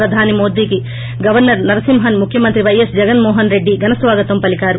ప్రధాని మోదీకి గవర్సర్ నరసింహస్ముఖ్యమంత్రి వైఎస్ జగన్ మోహన్రెడ్డి ఘన స్వాగతం పలికారు